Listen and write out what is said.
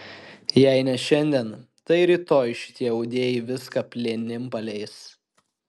jei ne šiandien tai rytoj šitie audėjai viską plėnim paleis